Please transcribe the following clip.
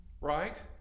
right